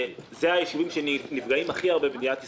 אלה היישובים שנפגעים הכי הרבה במדינת ישראל.